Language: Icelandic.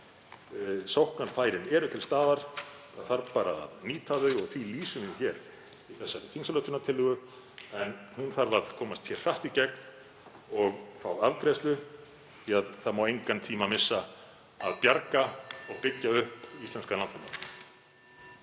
Sóknarfærin eru til staðar, það þarf bara að nýta þau og því lýsum við í þessari þingsályktunartillögu. Hún þarf að komast hratt í gegn og fá afgreiðslu því að það má engan tíma missa við að bjarga og byggja upp íslenskan landbúnað.